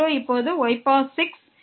இப்போது y6